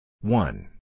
One